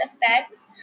effects